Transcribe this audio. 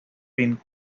been